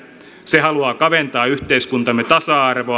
se haluaa kaventaa yhteiskuntamme tasa arvoa